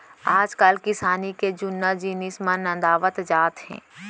आजकाल किसानी के जुन्ना जिनिस मन नंदावत जात हें